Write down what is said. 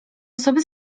osoby